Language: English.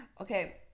Okay